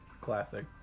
classic